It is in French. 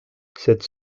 cette